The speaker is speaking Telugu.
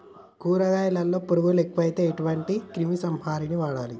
కూరగాయలలో పురుగులు ఎక్కువైతే ఎటువంటి క్రిమి సంహారిణి వాడాలి?